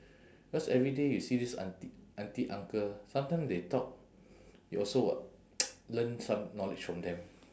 because every day you see this auntie auntie uncle sometime they talk you also will learn some knowledge from them